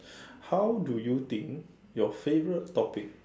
how do you think your favorite topic